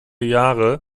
jahre